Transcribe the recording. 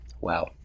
Wow